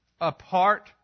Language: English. apart